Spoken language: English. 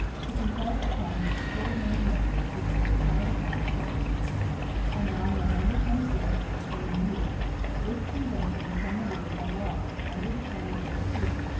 to consult upon the extraordinary measures which they were called upon to take and on november twenty fourth of the same year this convention promulgated a law, under the form of a decree,